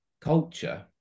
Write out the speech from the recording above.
culture